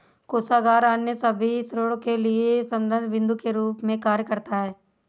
कोषागार अन्य सभी ऋणों के लिए संदर्भ बिन्दु के रूप में कार्य करता है